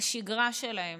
לשגרה שלהם.